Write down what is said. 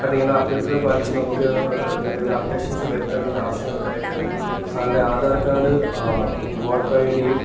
ആ നിങ്ങളുടെ അഭ്യർത്ഥന പാലിച്ച് നമുക്ക് നിങ്ങളുടേതിൽ അപ്ഡേഷൻസ് വരുത്തേണ്ടൊരാവിശ്യങ്ങൾക്കായിട്ട് സാറിൻ്റെ Aadhaar card voter I D